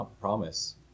promise